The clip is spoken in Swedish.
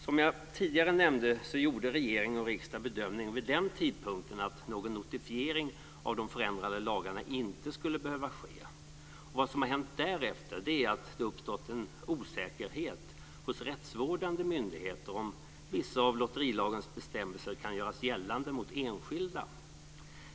Som jag tidigare nämnde gjorde regering och riksdag bedömningen vid den tidpunkten att någon notifiering av de förändrade lagarna inte skulle behöva ske. Vad som har hänt därefter är att det har uppstått en osäkerhet hos rättsvårdande myndigheter om vissa av lotterilagens bestämmelser kan göras gällande mot enskilda.